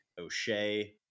O'Shea